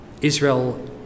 Israel